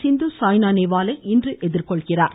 சிந்து சாய்னா நேவாலை இன்று எதிர்கொள்கிறார்